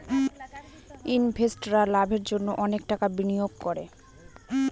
ইনভেস্টাররা লাভের জন্য অনেক টাকা বিনিয়োগ করে